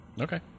Okay